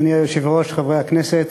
אדוני היושב-ראש, חברי הכנסת,